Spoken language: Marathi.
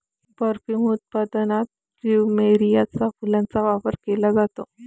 परफ्यूम उत्पादनात प्लुमेरियाच्या फुलांचा वापर केला जातो